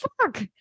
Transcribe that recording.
fuck